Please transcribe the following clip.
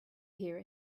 hear